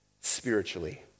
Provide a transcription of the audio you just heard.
spiritually